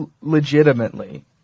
legitimately